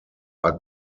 are